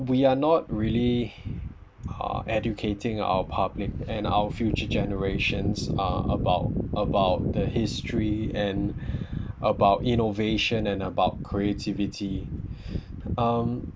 we're not really uh educating our public and our future generations uh about about the history and about innovation and about creativity